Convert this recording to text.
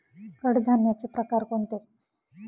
कडधान्याचे प्रकार कोणते?